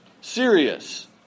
serious